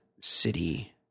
city